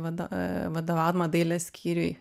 vado vadovaudama dailės skyriuje